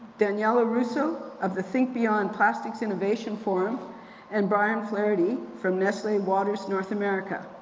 daniella russo of the think beyond plastics innovation forum and brian flaherty from nestle waters north america.